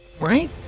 right